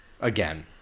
again